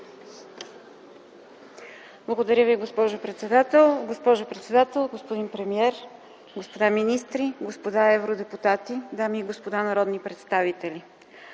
Благодаря Ви, госпожо председател. Госпожо председател, господин премиер, господа министри, господа евродепутати, дами и господа народни представители!